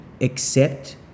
accept